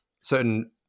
certain